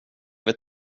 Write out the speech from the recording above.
vill